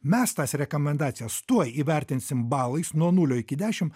mes tas rekomendacijas tuoj įvertinsim balais nuo nulio iki dešim